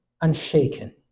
unshaken